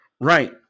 Right